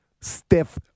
stiff